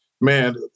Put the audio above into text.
man